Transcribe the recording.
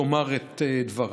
תאמר את דברה.